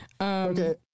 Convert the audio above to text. Okay